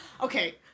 Okay